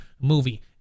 movie